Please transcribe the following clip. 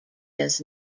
does